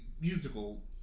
musical